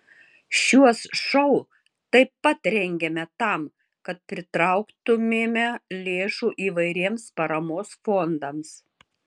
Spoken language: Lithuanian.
šiuos šou taip pat rengiame tam kad pritrauktumėme lėšų įvairiems paramos fondams